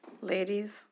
Ladies